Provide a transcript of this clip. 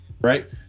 Right